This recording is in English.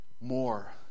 more